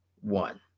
one